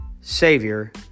savior